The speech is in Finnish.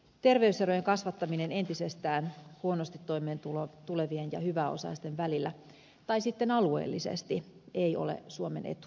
terveyserojen kasvattaminen entisestään huonosti toimeentulevien ja hyväosaisten välillä tai sitten alueellisesti ei ole suomen etu millään muotoa